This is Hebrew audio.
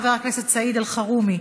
חבר הכנסת סעיד אלחרומי,